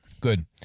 Good